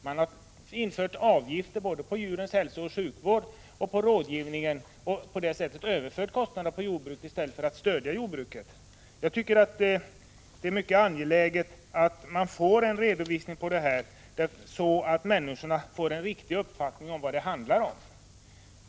Man har infört avgifter för både djurens hälsooch sjukvård och rådgivningen, och på det sättet har man överfört kostnaderna på jordbruket i stället för att stödja jordbruket. Jag tycker att det är mycket angeläget att man får en redovisning av detta, så att människorna får en riktig uppfattning om vad det handlar om.